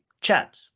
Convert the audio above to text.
chat